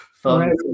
fun